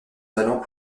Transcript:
talent